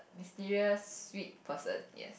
mysterious sweet person yes